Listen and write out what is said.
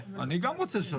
אני גם רוצה לשנות.